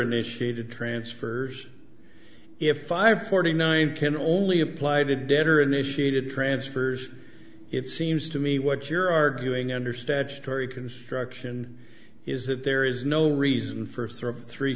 initiated transfers if five forty nine can only apply to debtor initiated transfers it seems to me what you're arguing under statutory construction is that there is no reason for three